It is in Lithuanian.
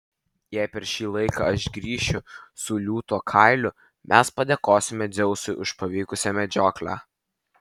jei per šį laiką aš grįšiu su liūto kailiu mes padėkosime dzeusui už pavykusią medžioklę